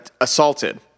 assaulted